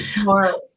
more